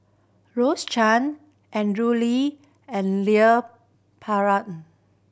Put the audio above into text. Rose Chan Andrew Lee and Leon Perera